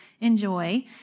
enjoy